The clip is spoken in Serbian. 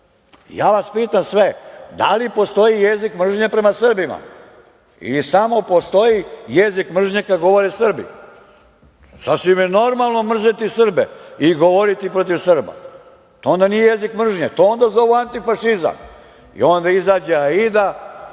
Ja vas pitam sve, da li postoji jezik mržnje prema Srbima ili samo postoji jezik mržnje kada govore Srbi? Sasvim je normalno mrzeti Srbe i govoriti protiv Srba. To onda nije jezik mržnje, onda to zovu antifašizam. Onda izađe Aida